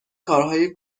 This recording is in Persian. کارهای